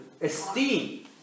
Esteem